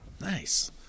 Nice